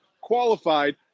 qualified